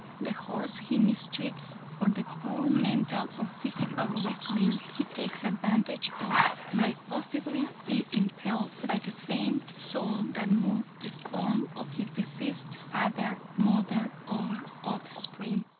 the horse he mistreats, or the poor mental or physical weakling he takes advantage of might possibly be impelled by the same soul that moved the form of his deceased father, mother, or offspring,